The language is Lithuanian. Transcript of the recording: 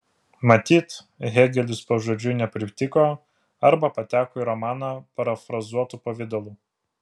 matyt hėgelis pažodžiui nepritiko arba pateko į romaną parafrazuotu pavidalu